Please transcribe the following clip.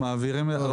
עושה באופן תדיר.